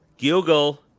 Google